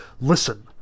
Listen